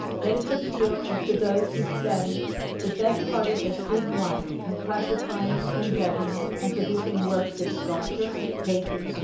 that its appeal is to those who spend the best part of their student life in classifying, and judging, and producing works of sculpture, painting,